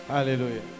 hallelujah